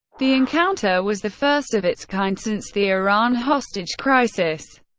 the encounter was the first of its kind since the iran hostage crisis.